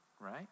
Right